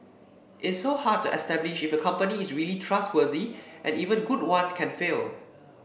it's so hard to establish if a company is really trustworthy and even good ones can fail